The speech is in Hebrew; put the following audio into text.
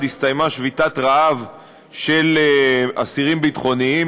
הסתיימה שביתת רעב של אסירים ביטחוניים,